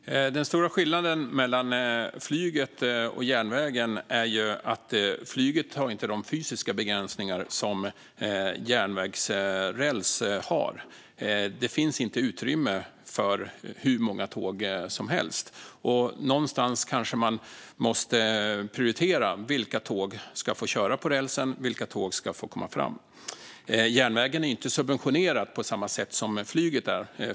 Fru talman! Den stora skillnaden mellan flyget och järnvägen är att flyget inte har de fysiska begränsningar som järnvägsräls har. Det finns inte utrymme för hur många tåg som helst. Någonstans kanske man måste prioritera när det gäller vilka tåg som ska få köra på rälsen och vilka tåg som ska få komma fram. Järnvägen är inte subventionerad på samma sätt som flyget är.